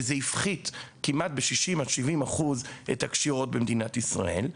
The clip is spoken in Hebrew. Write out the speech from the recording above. זה הפחית כמעט ב-70%-60% את הקשירות במדינת ישראל,